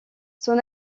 son